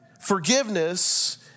Forgiveness